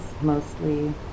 Mostly